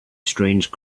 strange